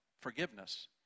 forgiveness